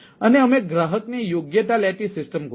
અને અમે ગ્રાહકની યોગ્યતા લેતી સિસ્ટમ ગોઠવી